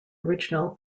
original